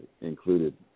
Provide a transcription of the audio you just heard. included